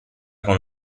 con